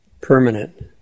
permanent